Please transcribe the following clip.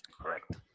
Correct